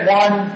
one